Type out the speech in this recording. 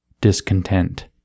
discontent